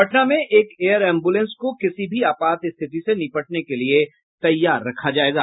पटना में एक air ambulance को किसी भी आपात स्थिति से निपटने के लिए तैयार रखा जायेगा